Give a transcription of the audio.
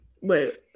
Wait